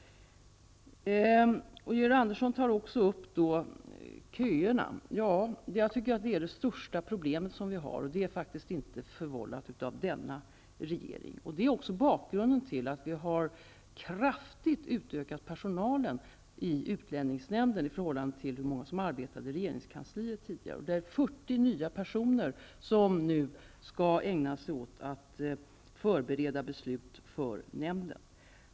Georg Andersson tar också upp frågan om köerna. Jag tycker att de är vårt största problem, och det är faktiskt inte förvållat av denna regering. Köerna är bakgrunden till att vi kraftigt har utökat personalen i utlänningsnämnden i förhållande till hur många som tidigare arbetade i regeringskansliet. 40 nya personer skall nu ägna sig åt att förbereda beslut för nämnden.